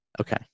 Okay